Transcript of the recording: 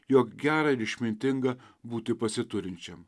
jog gera ir išmintinga būti pasiturinčiam